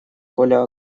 коля